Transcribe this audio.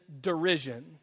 derision